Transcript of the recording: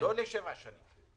ולא על שבע שנים.